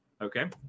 Okay